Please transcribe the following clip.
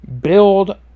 build